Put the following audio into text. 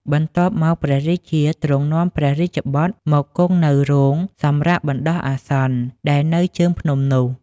បន្ទាប់មក ព្រះរាជាទ្រង់នាំព្រះរាជបុត្រ មកគង់នៅរោងសម្រាកបណ្ដោះអាសន្ន ដែលនៅជើងភ្នំនោះ។